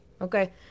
Okay